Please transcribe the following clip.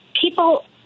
people